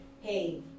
Hey